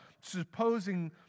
supposing